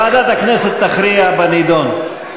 ועדת הכנסת תכריע בנדון.